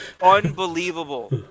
unbelievable